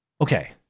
Okay